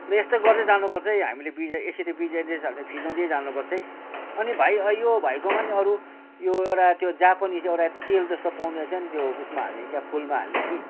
र यस्तै गर्दै जानु पर्छ है हामीले बिज यसरी बिजिनेस हामीले फिजाउँदै जानु पर्छ है अनि भाइ यो भाइकोमा नि अरू यो एउटा त्यो जापनिज एउटा तेल जस्तो पाउँदो रहेछ नि त्यो उयसमा हाल्ने क्या फुलमा हाल्ने कि